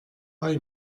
bei